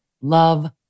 love